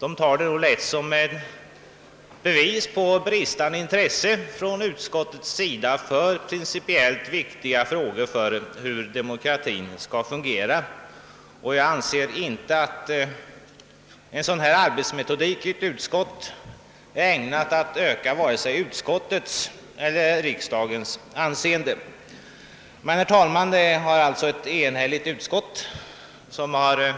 Det tar nog lätt det hela som ett bevis på bristande intresse från utskottets sida för principiellt viktiga frågor om hur demokratien skall fungera. Enligt min uppfattning är en sådan arbetsmetodik i ett utskott inte ägnad att öka vare sig utskottets eller riksdagens anseende. Herr talman! Ett enhälligt utskott har